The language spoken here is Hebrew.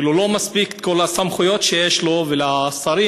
כאילו לא מספיקות כל הסמכויות שיש לו ולשרים.